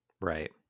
Right